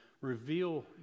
reveal